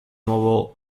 nuovo